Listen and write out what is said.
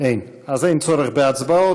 אין, אז אין צורך בהצבעות.